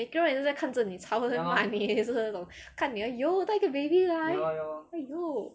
每个人也是在看着你吵的也是骂你这种看你 !aiyo! 带个 baby 来 !aiyo!